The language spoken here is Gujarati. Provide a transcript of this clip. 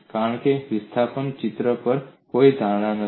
કારણ કે આપણે વિસ્થાપન ચિત્ર પર કોઈ ધારણા કરી નથી